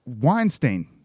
Weinstein